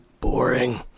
boring